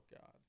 God